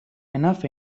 enough